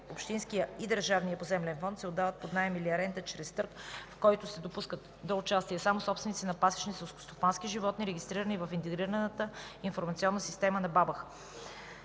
общинския и държавния поземлен фонд се отдават под наем или аренда чрез търг, в който се допускат до участие само собственици на пасищни селскостопански животни, регистрирани в Интегрираната информационна система на БАБХ.